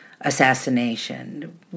assassination